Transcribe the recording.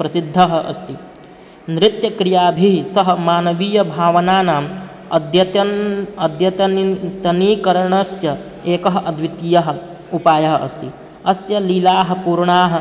प्रसिद्धः अस्ति नृत्यक्रियाभिः सह मानवीयभावनानाम् अद्यतन् अद्यतनीकरणस्य एकः अद्वितीयः उपायः अस्ति अस्य लीलाः पूर्णाः